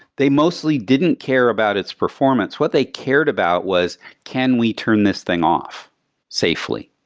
they mostly didn't care about its performance. what they cared about was can we turn this thing off safely?